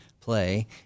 play